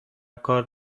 کار